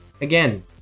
again